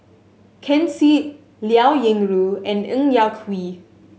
Ken Seet Liao Yingru and Ng Yak Whee